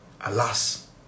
alas